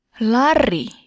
Lari